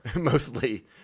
mostly